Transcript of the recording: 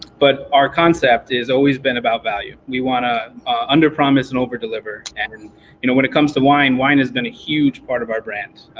but our concept has always been about value. we wanna under promise and over deliver, and you know when it comes to wine, wine has been a huge part of our brand.